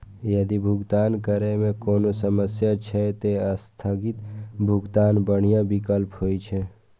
यदि भुगतान करै मे कोनो समस्या छै, ते स्थगित भुगतान बढ़िया विकल्प होइ छै